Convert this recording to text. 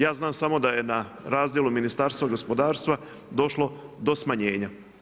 Ja znam samo da je na razdjelu Ministarstva gospodarstva došlo do smanjenja.